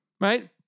right